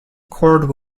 cord